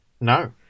No